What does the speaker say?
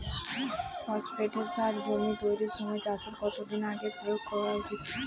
Phosphate সার জমি তৈরির সময় চাষের কত দিন আগে প্রয়োগ করা উচিৎ?